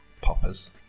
Poppers